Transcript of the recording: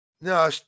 No